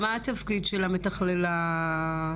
מה התפקיד של המתכללים הקהילתיים?